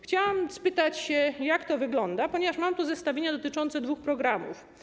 Chciałam spytać, jak to wygląda, ponieważ mam tu zestawienia dotyczące dwóch programów.